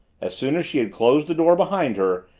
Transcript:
as soon as she had closed the door behind her,